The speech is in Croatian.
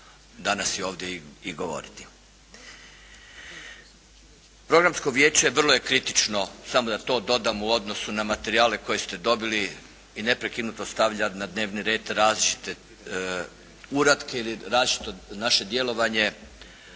danas ovdje i govoriti.